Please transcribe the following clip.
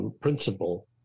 principle